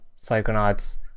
Psychonauts